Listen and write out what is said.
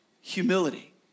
humility